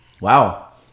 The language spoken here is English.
Wow